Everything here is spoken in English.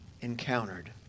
encountered